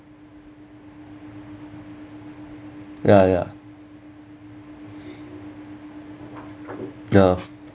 ya ya ya